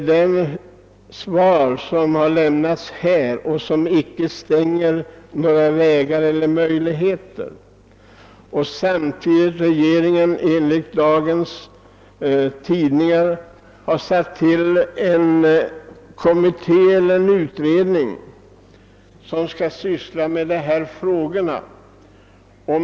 Det svar som lämnats stänger icke några möjligheter. Enligt dagens tidningar har regeringen också tillsatt en utredning som skall arbeta med dessa frågor.